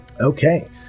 okay